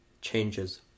changes